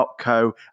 Co